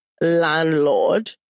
landlord